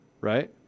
right